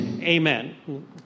Amen